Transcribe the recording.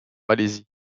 malaisie